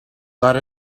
got